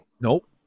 Nope